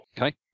Okay